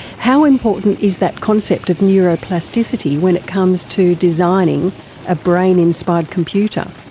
how important is that concept of neuroplasticity when it comes to designing a brain inspired computer?